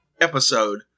episode